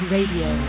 Radio